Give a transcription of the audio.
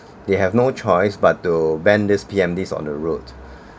they have no choice but to ban these P_M_Ds on the roads